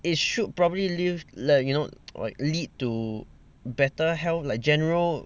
it should probably live uh you know like lead to better health like general